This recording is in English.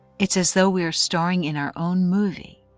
it's as though we are starring in our own movie,